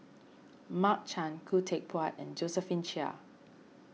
Mark Chan Khoo Teck Puat Josephine Chia